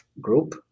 group